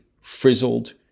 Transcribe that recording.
frizzled